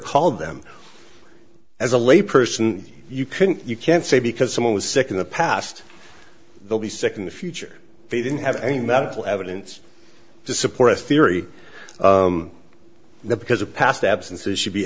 called them as a lay person you couldn't you can't say because someone was sick in the past they'll be sick in the future they didn't have any medical evidence to support a theory that because of past absences should be